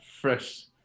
fresh